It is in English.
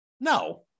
no